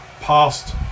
past